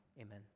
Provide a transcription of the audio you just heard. Amen